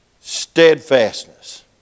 steadfastness